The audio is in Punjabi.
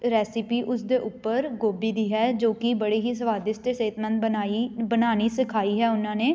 ਰੈਸਪੀ ਉਸਦੇ ਉੱਪਰ ਗੋਭੀ ਦੀ ਹੈ ਜੋ ਕਿ ਬੜੇ ਹੀ ਸਵਾਦਿਸ਼ਟ ਅਤੇ ਸਿਹਤਮੰਦ ਬਣਾਈ ਬਣਾਉਣੀ ਸਿਖਾਈ ਹੈ ਉਹਨਾਂ ਨੇ